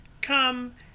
Come